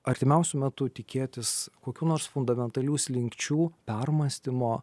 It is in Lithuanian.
artimiausiu metu tikėtis kokių nors fundamentalių slinkčių permąstymo